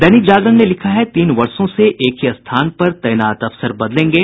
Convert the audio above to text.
दैनिक जागरण ने लिखा है तीन वर्षों से एक ही स्थान पर तैनात अफसर बदलेंगे